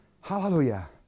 Hallelujah